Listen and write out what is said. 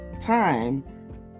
time